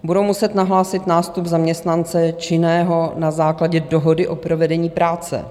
Budou muset nahlásit nástup zaměstnance činného na základě dohody o provedení práce.